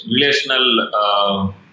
relational